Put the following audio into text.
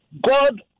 God